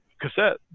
cassette